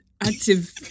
active